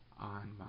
on